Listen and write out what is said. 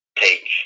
take